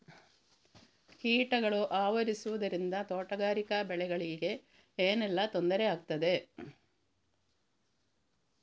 ಕೀಟಗಳು ಆವರಿಸುದರಿಂದ ತೋಟಗಾರಿಕಾ ಬೆಳೆಗಳಿಗೆ ಏನೆಲ್ಲಾ ತೊಂದರೆ ಆಗ್ತದೆ?